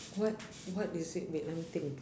what what is it wait let me think